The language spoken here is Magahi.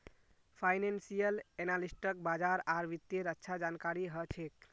फाइनेंसियल एनालिस्टक बाजार आर वित्तेर अच्छा जानकारी ह छेक